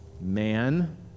man